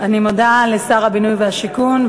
אני מודה לשר הבינוי והשיכון.